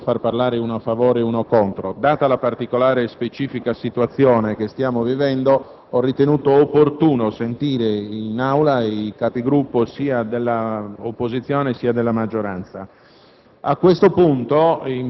A norma di Regolamento avrei dovuto far parlare un senatore a favore e uno contro; data la particolare e specifica situazione che stiamo vivendo, ho ritenuto opportuno sentire in Aula i rappresentanti sia dell'opposizione che della maggioranza.